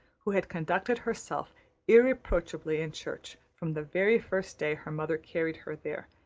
who had conducted herself irreproachably in church from the very first day her mother carried her there,